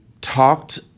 talked